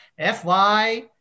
FY